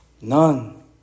none